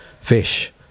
fish